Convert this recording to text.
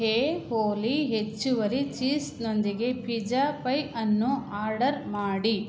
ಏ ಓಲಿ ಹೆಚ್ಚುವರಿ ಚೀಸ್ನೊಂದಿಗೆ ಪಿಜ್ಜಾ ಪೈ ಅನ್ನು ಆರ್ಡರ್ ಮಾಡಿ